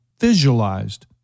visualized